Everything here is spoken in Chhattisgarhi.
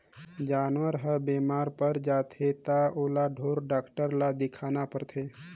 जानवर हर बेमार पर जाथे त ओला ढोर डॉक्टर ल देखाना परथे